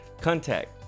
Contact